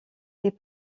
est